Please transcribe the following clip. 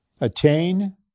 Attain